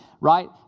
right